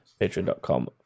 patreon.com